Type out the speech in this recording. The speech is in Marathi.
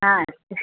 हा